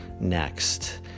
next